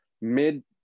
mid